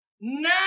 Now